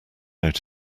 out